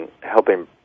helping